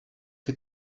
que